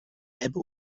ebbe